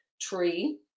Tree